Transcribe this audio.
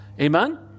Amen